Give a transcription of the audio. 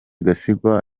gasigwa